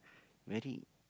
very